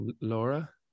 Laura